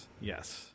Yes